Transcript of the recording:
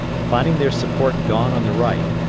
finding their support gone on the right,